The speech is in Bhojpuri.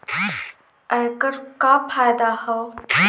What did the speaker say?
ऐकर का फायदा हव?